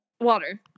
water